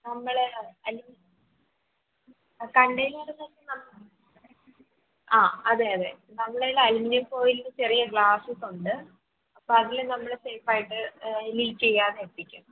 നമ്മൾ aluminium container ആ അതെയതെ നമ്മുടെ കയ്യില് അലൂമിനിയം ഫോയിലിൻ്റെ ചെറിയ ഗ്ലാസസുണ്ട് അപ്പോൾ അതില് നമ്മള് സേഫായിട്ട് ലീക്ക് ചെയ്യാതെ എത്തിക്കും